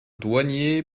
douanier